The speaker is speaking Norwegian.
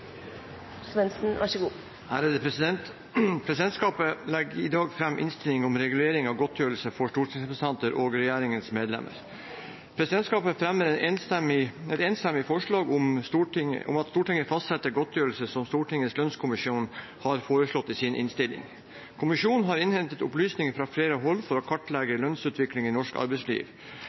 medlemmer. Presidentskapet fremmer et enstemmig forslag om at Stortinget fastsetter godtgjørelsen som Stortingets lønnskommisjon har foreslått i sin innstilling. Kommisjonen har innhentet opplysninger fra flere hold for å kartlegge lønnsutviklingen i norsk arbeidsliv,